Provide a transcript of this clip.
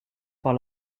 par